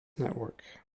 network